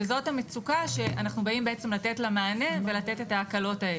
וזאת המצוקה שאנחנו באים לתת לה מענה ולתת את ההקלות האלו.